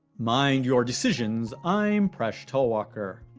mind your decisions, i'm presh talwalkar.